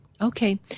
Okay